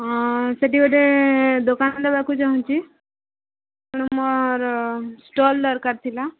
ହଁ ସେଇଠି ଗୋଟେ ଦୋକାନ ଦେବାକୁ ଚାହୁଁଛି ତେଣୁ ମୋର ଷ୍ଟଲ୍ ଦରକାର ଥିଲା